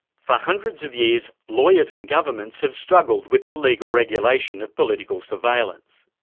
for hundreds of years, lawyers and governments have struggled with the legal regulation of political surveillance.